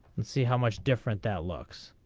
let's see how much different that looks.